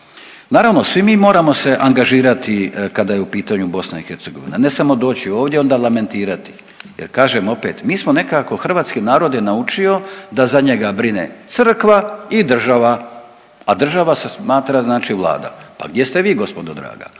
Naravno svi mi moramo se angažirati kada je u pitanju BiH, ne samo doći ovdje onda lamentirati jer kažem opet, mi smo nekako hrvatski narod je naučio da za njega brine crkva i država, a država se smatra znači vlada. Pa gdje ste vi gospodo draga?